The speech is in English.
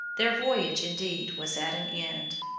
their voyage, indeed, was at an end,